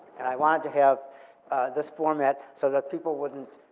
and i wanted to have this format so that people wouldn't,